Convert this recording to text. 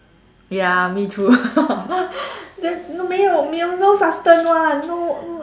ya me too that 没有 [one] no no